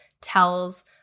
tells